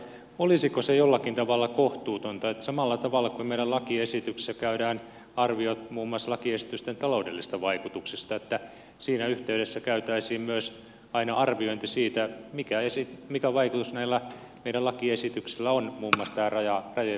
olisiko se jollakin tavalla kohtuutonta että samalla tavalla kuin meidän lakiesityksessämme käydään arviot muun muassa lakiesitysten taloudellisista vaikutuksista siinä yhteydessä käytäisiin myös aina arviointi siitä mikä vaikutus näillä meidän lakiesityksillämme on muun muassa tähän rajojen väliseen toimintaan